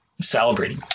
celebrating